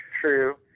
true